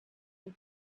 and